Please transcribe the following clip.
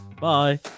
Bye